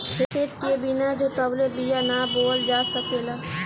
खेत के बिना जोतवले बिया ना बोअल जा सकेला